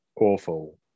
awful